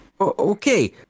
Okay